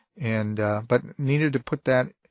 and but needed to put that